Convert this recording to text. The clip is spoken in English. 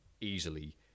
easily